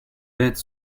bêtes